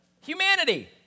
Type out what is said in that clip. Humanity